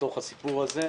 בתוך הסיפור הזה,